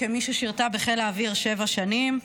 כמי ששירתה בחיל האוויר שבע שנים.